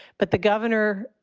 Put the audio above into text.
but the governor,